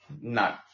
no